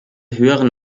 höheren